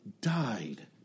died